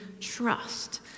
trust